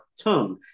tongue